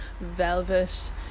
velvet